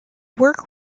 work